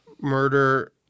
murder